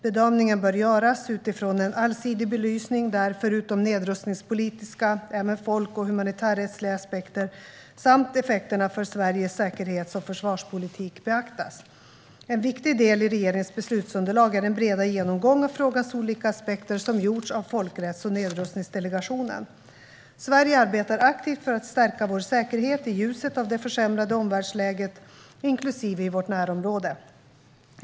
Bedömningen bör göras utifrån en allsidig belysning där, förutom nedrustningspolitiska, även folk och humanitärrättsliga aspekter samt effekterna för Sveriges säkerhets och försvarspolitik beaktas. En viktig del i regeringens beslutsunderlag är den breda genomgång av frågans olika aspekter som gjorts av Folkrätts och nedrustningsdelegationen. Sverige arbetar aktivt för att stärka vår säkerhet i ljuset av det försämrade omvärldsläget, inklusive i vårt närområde.